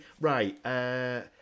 right